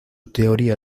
teoría